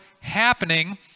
happening